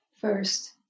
first